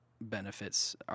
benefits